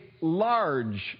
large